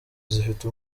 zifite